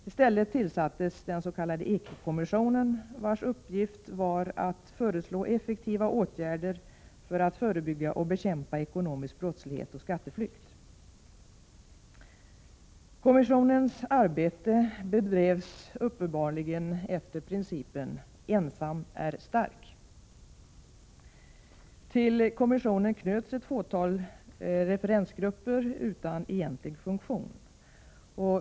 I stället tillsattes den s.k. ekokommissionen, vars uppgift var att föreslå effektiva åtgärder för att förebygga och bekämpa ekonomisk brottslighet och skatteflykt. Kommissionens arbete bedrevs uppenbarligen efter principen ”ensam är stark”. Till kommissionen knöts ett fåtal referensgrupper utan egentlig funktion.